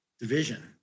division